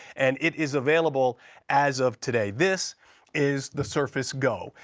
and it is available as of today. this is the surface go.